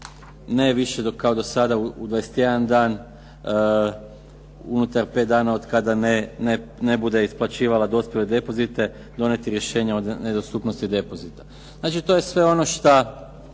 ne više kao dosada u 21 dan unutar 5 dana od kada ne bude isplaćivala dospjele depozite donijeti rješenje o nedostupnosti depozita. Znači, to je sve ono što